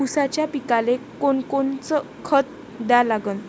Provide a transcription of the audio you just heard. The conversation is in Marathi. ऊसाच्या पिकाले कोनकोनचं खत द्या लागन?